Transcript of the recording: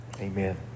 Amen